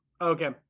Okay